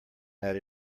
that